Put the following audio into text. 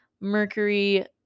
Mercury